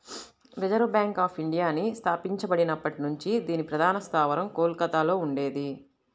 reserve bank of ఇండియాని స్థాపించబడినప్పటి నుంచి దీని ప్రధాన స్థావరం కోల్కతలో ఉండేది